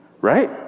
right